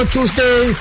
Tuesday